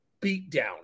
beatdown